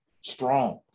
strong